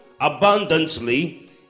abundantly